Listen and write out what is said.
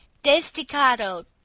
D'esticado